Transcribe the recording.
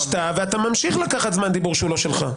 ביקשת, ואתה ממשיך לקחת זמן דיבור שהוא לא שלך.